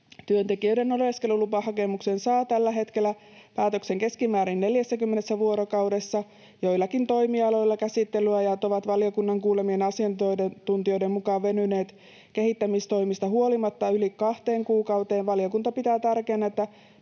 Työntekijöiden oleskelulupahakemukseen saa tällä hetkellä päätöksen keskimäärin 40 vuorokaudessa. Joillakin toimialoilla käsittelyajat ovat valiokunnan kuulemien asiantuntijoiden mukaan venyneet kehittämistoimista huolimatta yli kahteen kuukauteen. Valiokunta pitää tärkeänä,